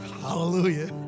Hallelujah